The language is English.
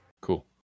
Cool